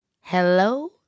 Hello